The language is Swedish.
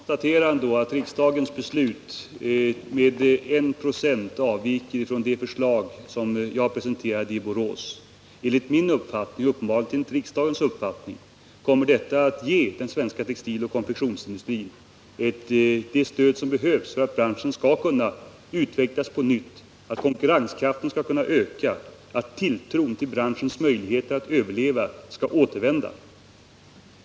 Herr talman! Jag måste ändå konstatera att riksdagens beslut om någon timme med endast 196 kommer att avvika från det förslag som jag presenterade i Borås. Enligt min uppfattning och uppenbarligen enligt riksdagens uppfattning kommer detta att ge den svenska textiloch konfektionsindustrin det stöd som behövs för att branschen skall kunna utvecklas på nytt, för att konkurrenskraften skall kunna öka och för att tilltron till branschens möjligheter att överleva skall kunna återvända.